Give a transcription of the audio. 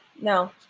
no